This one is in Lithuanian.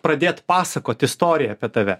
pradėt pasakot istoriją apie tave